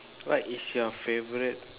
what is your favourite